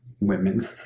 women